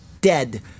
dead